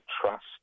trust